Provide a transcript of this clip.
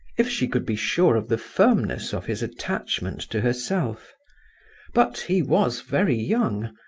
if she could be sure of the firmness of his attachment to herself but he was very young,